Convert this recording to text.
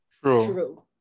True